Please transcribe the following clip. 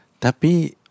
Tapi